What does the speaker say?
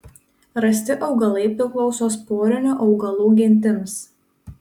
rasti augalai priklauso sporinių augalų gentims